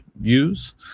use